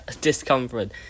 discomfort